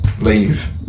leave